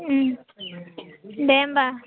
दे होनबा